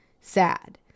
sad